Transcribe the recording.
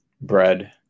bread